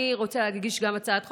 אני רוצה להגיש גם הצעת חוק.